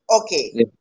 Okay